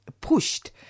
pushed